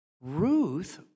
Ruth